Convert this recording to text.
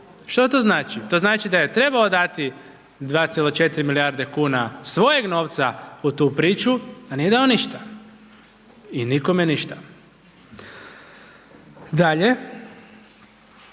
Što to znači? To znači da je trebao dati 2,4 milijarde kuna svojeg novca u tu priču, a nije dao ništa i nikome ništa. Dalje,